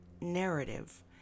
narrative